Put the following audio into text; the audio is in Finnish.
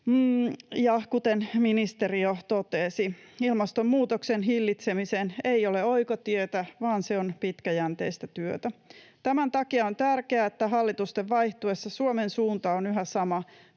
kuten ministeri jo totesi, ilmastonmuutoksen hillitsemiseen ei ole oikotietä, vaan se on pitkäjänteistä työtä. Tämän takia on tärkeää, että hallitusten vaihtuessa Suomen suunta on yhä sama: